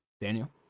daniel